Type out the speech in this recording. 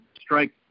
strike